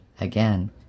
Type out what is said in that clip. again